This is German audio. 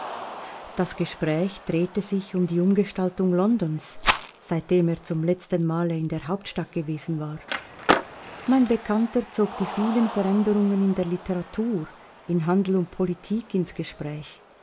das gespräch drehte sich um die umgestaltung londons seitdem er zum letzten male in der hauptstadt gewesen war mein bekannter zog die vielen veränderungen in der literatur in handel und politik ins gespräch